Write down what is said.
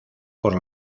por